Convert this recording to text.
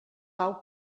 pau